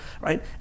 right